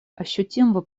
ощутимого